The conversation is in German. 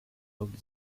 folgte